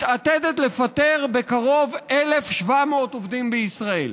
מתעתדת לפטר בקרוב 1,700 עובדים בישראל.